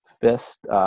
fist